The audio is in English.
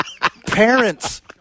parents –